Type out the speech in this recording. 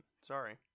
sorry